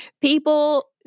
People